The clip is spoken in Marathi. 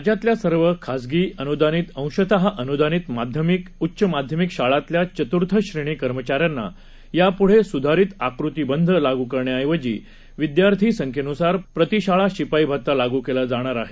राज्यातल्या सर्व खासगी अनुदानित अंशत अनुदानित माध्यमिक उच्च माध्यमिक शाळातल्या चतुर्थ श्रेणी कर्मचाऱ्यांना यापुढे सुधारीत आकृतीबंध लागू करण्याऐवजी विद्यार्थी संख्येनुसार प्रतीशाळा शिपाई भत्ता लागू केला जाणार आहे